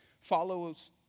follows